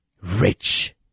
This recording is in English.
rich